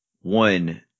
one